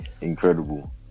Incredible